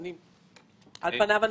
על פניו,